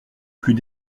plus